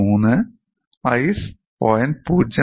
30 ഐസ് 0